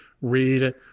read